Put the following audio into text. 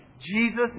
Jesus